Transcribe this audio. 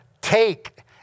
take